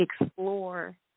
explore